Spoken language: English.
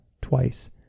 twice